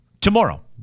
Tomorrow